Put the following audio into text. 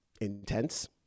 intense